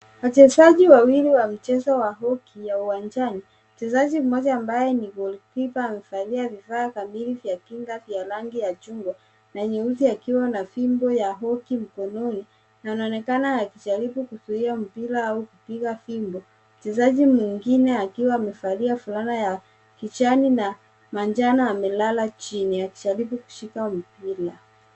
Wachezaji wawili wa mchezo wa hoki ya uwanjani. Mcheza mmoja ambaye ni golikipa amevalia vifaa kamili vya kinga vya rangi ya chungwa na nyeusi akiwa na fimbo ya hoki mkononi na anaonekana akijaribu kuzuia mpira au kupiga fimbo mchezaji mwengine akiwa fulana ya kijani na manjano amelala chini akijaribu kushika mpira.